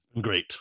great